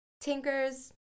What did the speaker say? Tinkers